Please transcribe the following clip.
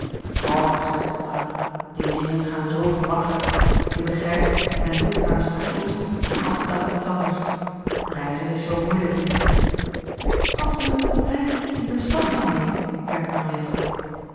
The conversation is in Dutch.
och zeide botwater die dingen gaan zoo gemakkelijk gerard keller het testament van mevrouw de tonnette je begrijpt men doet aan de stations den ganschen dag niets anders reizen is zoo moeielijk niet als men met iemand reist die er slag van heeft merkte henriette op